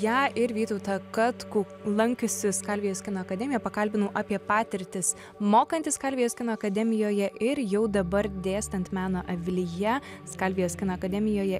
ją ir vytautą katkų lankiusius skalvijos kino akademiją pakalbinau apie patirtis mokanti skalvijos kino akademijoje ir jau dabar dėstant meno avilyje skalvijos kino akademijoje